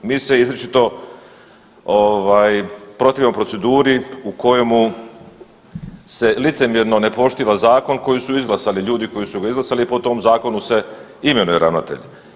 Mi se izričito protivimo proceduri u kojemu se licemjerno ne poštiva zakon koji su izglasali ljudi koji su ga izglasali i po tom zakonu se imenuje ravnatelj.